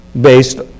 based